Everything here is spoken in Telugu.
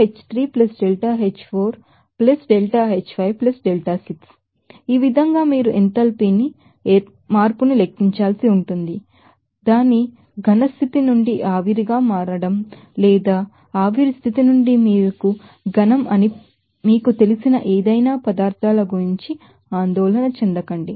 కాబట్టి ఈ విధంగా మీరు ఎంథాల్పీ మార్పును లెక్కించాల్సి ఉంటుంది సాలిడ్ స్టేట్ నుండి ఆవిరి గా మారడం లేదా దాని వేపర్ స్టేట్ నుండి సాలిడ్ ఏదైనా పదార్థాల గురించి ఆందోళన చెందండి